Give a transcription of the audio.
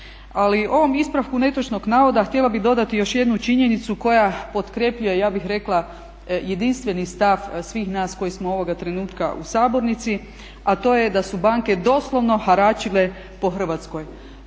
Ali ovom ispravku netočnog navoda htjela bih dodati još jednu činjenicu koja potkrepljuje ja bih rekla jedinstveni stav svih nas koji smo ovoga trenutka u sabornici a to je da su banke doslovno haračile po Hrvatskoj.